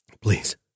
Please